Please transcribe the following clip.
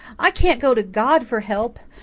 i can't go to god for help.